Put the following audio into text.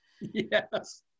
Yes